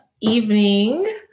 evening